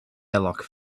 airlock